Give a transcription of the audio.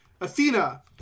athena